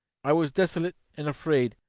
i was desolate and afraid,